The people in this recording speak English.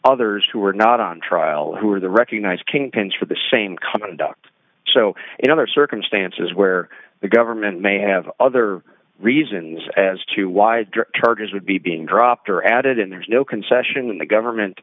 others who are not on trial who are the recognized kingpins for the same company ducked so in other circumstances where the government may have other reasons as to why drug charges would be being dropped or added and there's no concession when the government